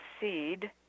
seed